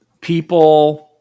people